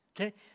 Okay